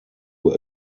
who